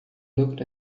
looked